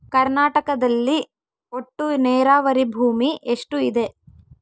ಕರ್ನಾಟಕದಲ್ಲಿ ಒಟ್ಟು ನೇರಾವರಿ ಭೂಮಿ ಎಷ್ಟು ಇದೆ?